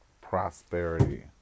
prosperity